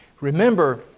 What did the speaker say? Remember